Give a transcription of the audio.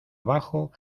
abajo